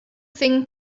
thing